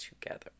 together